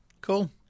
Cool